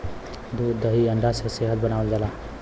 दूध दही अंडा से सेहत बनावल जाला